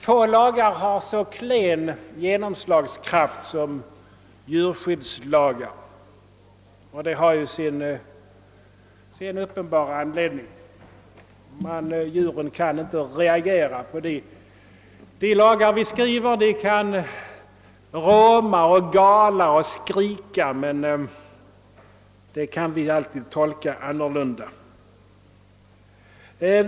Få lagar har så dålig genomslagskraft som djurskyddslagar. Det har ju sin uppenbara förklaring: djur kan inte reagera med anledning av de lagar vi skriver. De kan råma och gala och skrika, men det kan vi alltid tolka på annat sätt.